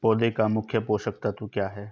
पौधे का मुख्य पोषक तत्व क्या हैं?